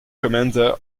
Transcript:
commander